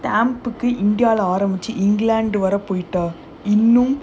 india leh ஆரம்பிச்சி:arambichi england வர போய்ட்டா:vara poitaa